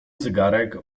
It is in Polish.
zegarek